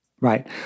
Right